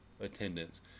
attendance